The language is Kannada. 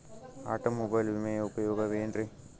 ಆಟೋಮೊಬೈಲ್ ವಿಮೆಯ ಉಪಯೋಗ ಏನ್ರೀ?